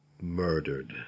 murdered